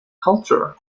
culture